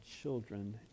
children